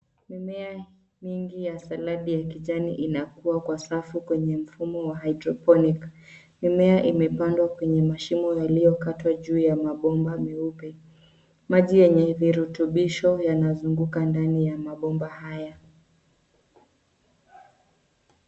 Mimea nyingi ya saladi ya kijani inakua kwa safu kwenye mfumo wa [hydroponic].Mimea imepadwa kwenye mashimo yaliyokatwa juu ya mabomba meupe. Maji yenye virutubisho yanazunguka ndani ya mabomba haya.